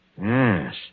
Yes